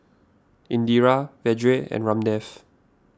Indira Vedre and Ramdev